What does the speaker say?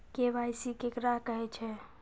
KYC केकरा कहैत छै?